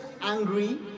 angry